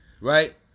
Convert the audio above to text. right